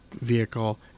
vehicle